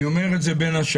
אני אומרת את זה, בין השאר,